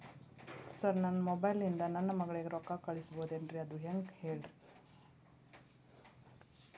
sir ನನ್ನ mobile ಇಂದ ನನ್ನ ಮಗಳಿಗೆ ರೊಕ್ಕಾ ಕಳಿಸಬಹುದೇನ್ರಿ ಅದು ಹೆಂಗ್ ಹೇಳ್ರಿ